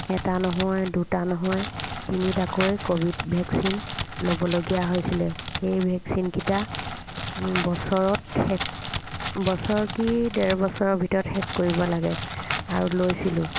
এটা নহয় দুটা নহয় তিনিটাকৈ ক'ভিড ভেকচিন ল'বলগীয়া হৈছিলে এই ভেকচিনকিটা বছৰত শেষ বছৰ কি ডেৰ বছৰৰ ভিতৰত শেষ কৰিব লাগে আৰু লৈছিলোঁ